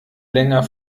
länger